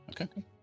Okay